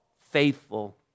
faithful